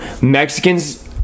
Mexicans